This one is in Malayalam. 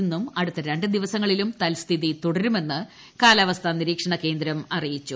ഇന്നും അടുത്ത രണ്ട് ദിവസങ്ങളിലും തൽസ്ഥിതി തുടരുമെന്ന് കാലാവസ്ഥാ നിരീക്ഷണ കേന്ദ്രം അറിയിച്ചു